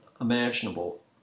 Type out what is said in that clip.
imaginable